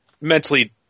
mentally